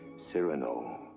cyrano.